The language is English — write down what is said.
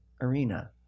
arena